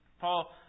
Paul